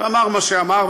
אמר מה שאמר,